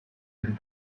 and